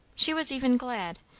she was even glad,